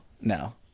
no